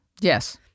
Yes